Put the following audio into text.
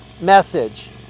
message